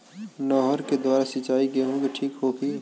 नहर के द्वारा सिंचाई गेहूँ के ठीक होखि?